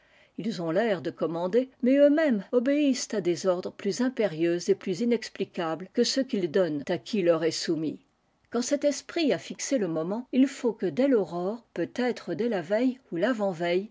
ils ont tair de commander mais eux-mêmes obéissent à des ordres plus impérieux et plus inexplicables que ceux qu'ils donnent à qui leur est soumis quand cet esprit a fixé le moment il faut que dès taurore peut-être dès la veille ou